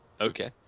Okay